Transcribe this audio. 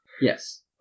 Yes